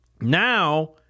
Now